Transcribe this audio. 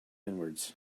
inwards